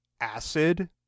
acid